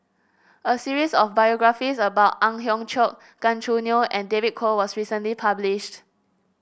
a series of biographies about Ang Hiong Chiok Gan Choo Neo and David Kwo was recently published